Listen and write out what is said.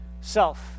self